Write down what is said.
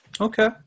Okay